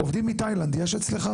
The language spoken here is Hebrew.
עובדים מתאילנד יש אצלך?